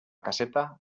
caseta